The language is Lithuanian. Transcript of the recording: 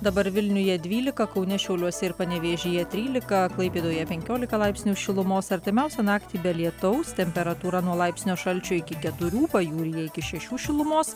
dabar vilniuje dvylika kaune šiauliuose ir panevėžyje trylika klaipėdoje penkiolika laipsnių šilumos artimiausią naktį be lietaus temperatūra nuo laipsnio šalčio iki keturių pajūryje iki šešių šilumos